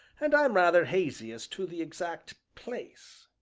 and i'm rather hazy as to the exact place.